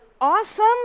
Awesome